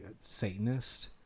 Satanist